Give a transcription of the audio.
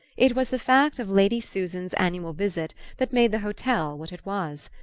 it was the fact of lady susan's annual visit that made the hotel what it was.